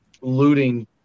looting